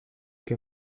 que